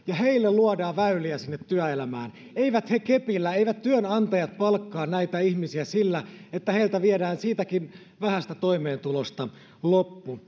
ja heille luodaan väyliä sinne työelämään eivät he kepillä eivät työnantajat palkkaa näitä ihmisiä sillä että heiltä viedään siitäkin vähästä toimeentulosta loppu